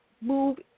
move